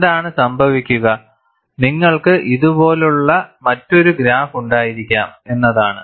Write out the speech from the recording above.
എന്താണ് സംഭവിക്കുക നിങ്ങൾക്ക് ഇതുപോലുള്ള മറ്റൊരു ഗ്രാഫ് ഉണ്ടായിരിക്കാം എന്നതാണ്